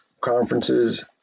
conferences